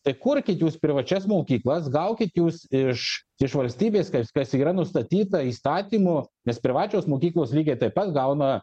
tai kurkit jūs privačias mokyklas gaukit jūs iš iš valstybės kas kas yra nustatyta įstatymu nes privačios mokyklos lygiai taip pat gauna